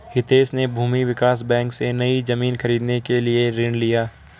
हितेश ने भूमि विकास बैंक से, नई जमीन खरीदने के लिए ऋण लिया